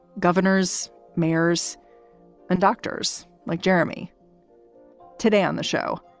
governors, mayors and doctors like jeremy today on the show.